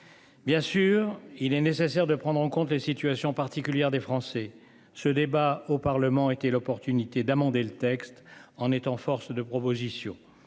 Bien sûr, il est nécessaire de prendre en compte les situations particulières des Français ce débat au Parlement, été l'opportunité d'amender le texte en étant force de proposition.